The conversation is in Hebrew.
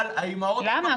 אבל האימהות --- למה?